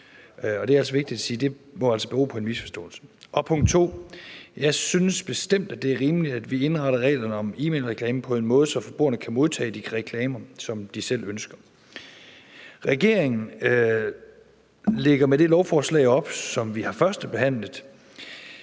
det altså må bero på en misforståelse. Og punkt 2: Jeg synes bestemt, at det er rimeligt, at vi indretter reglerne om e-mailreklame på en måde, så forbrugerne kan modtage de reklamer, som de selv ønsker. Regeringen lægger med det lovforslag, som vi for nylig har førstebehandlet